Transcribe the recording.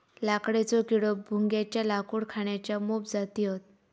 लाकडेचो किडो, भुंग्याच्या लाकूड खाण्याच्या मोप जाती हत